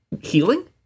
healing